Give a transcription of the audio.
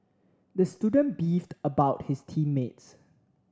the student beefed about his team mates